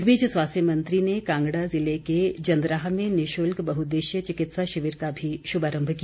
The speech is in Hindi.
इस बीच स्वास्थ्य मंत्री ने कांगड़ा जिले के जंदराह में निशुल्क बहुद्देशीय चिकित्सा शिविर का भी शुभारम्भ किया